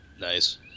Nice